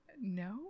no